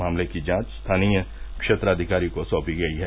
मामले की जांच स्थानीय क्षेत्राधिकारी को सौंपी गयी है